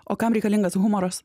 o kam reikalingas humoras